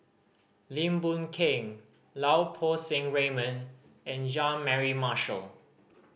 Lim Boon Keng Lau Poo Seng Raymond and Jean Mary Marshall